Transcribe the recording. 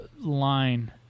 line